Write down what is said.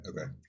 Okay